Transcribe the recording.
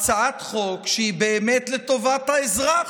הצעת חוק שהיא באמת לטובת האזרח,